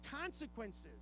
consequences